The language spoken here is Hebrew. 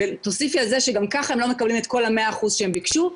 תוסיפי על זה שגם ככה הם לא מקבלים את כל ה-100% שהם ביקשו,